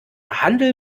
handel